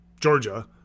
Georgia